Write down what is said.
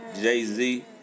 Jay-Z